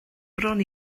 bron